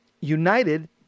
united